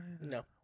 No